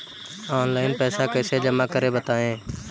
Online पैसा कैसे जमा करें बताएँ?